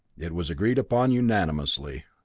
it was agreed upon unanimously.